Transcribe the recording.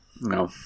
No